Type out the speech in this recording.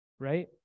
right